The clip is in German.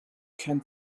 kein